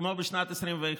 כמו בשנת 2021,